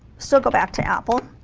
still go back to apple